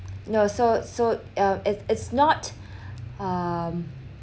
no so so uh it's it's not um